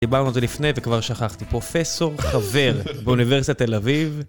דיברנו על זה לפני וכבר שכחתי, פרופסור חבר באוניברסיטת תל אביב.